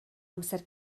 amser